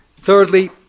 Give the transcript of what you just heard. Thirdly